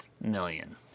million